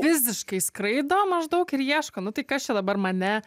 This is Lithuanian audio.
visiškai skraido maždaug ir ieško nu tai kas čia dabar mane